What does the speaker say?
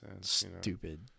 Stupid